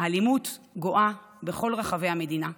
האלימות גואה בכל רחבי המדינה,